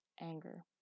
anger